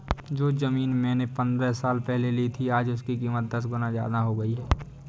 जो जमीन मैंने पंद्रह साल पहले ली थी, आज उसकी कीमत दस गुना जादा हो गई है